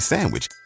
Sandwich